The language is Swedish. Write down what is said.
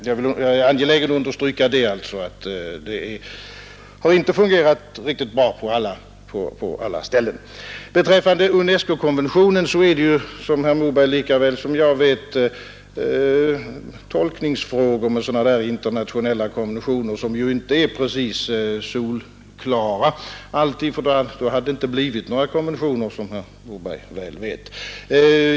Jag är alltså angelägen om att understryka att det inte har fungerat riktigt bra på alla ställen. När det gäller sådana internationella konventioner som UNESCO konventionen uppstår alltid — vilket herr Moberg vet lika bra som jag — tolkningsfrågor. Konventionerna är inte direkt solklara; hade de varit det skulle det inte ha behövts några konventioner.